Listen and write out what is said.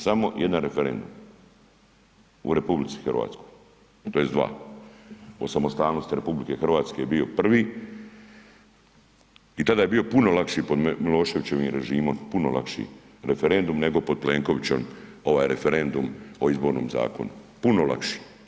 Samo jedan referendum u RH, tj. dva, o samostalnosti RH je bio prvi, i tada je bio puno lakši pod Miloševićevim režimom, puno lakši referendum nego pod Plenkovićem ovaj referendum o Izbornom zakonu, puno lakši.